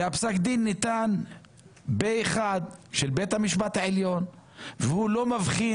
פסק הדין ניתן בבית המשפט העליון פה אחד והוא לא מבחין